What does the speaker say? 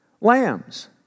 lambs